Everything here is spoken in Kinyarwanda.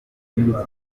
imbyino